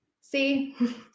See